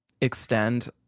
extend